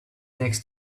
next